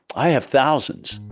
i have thousands.